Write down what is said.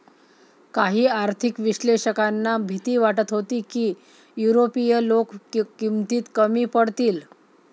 काही आर्थिक विश्लेषकांना भीती वाटत होती की युरोपीय लोक किमतीत कमी पडतील